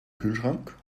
kühlschrank